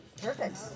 perfect